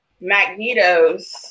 Magneto's